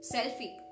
Selfie